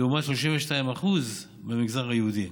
לעומת 32% במגזר היהודי.